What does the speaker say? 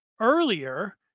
Earlier